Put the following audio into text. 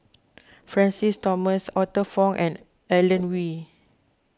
Francis Thomas Arthur Fong and Alan Oei